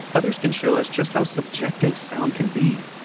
others can show us just how subjective sound can be.